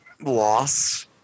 loss